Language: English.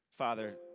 Father